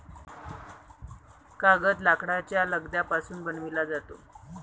कागद लाकडाच्या लगद्यापासून बनविला जातो